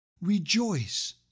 Rejoice